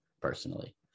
personally